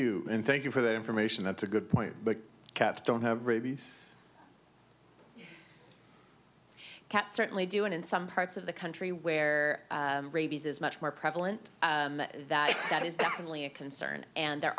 you and thank you for that information that's a good point but cats don't have rabies cats certainly do and in some parts of the country where rabies is much more prevalent that that is definitely a concern and there